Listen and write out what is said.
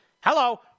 Hello